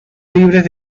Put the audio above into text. libres